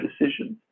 decisions